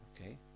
Okay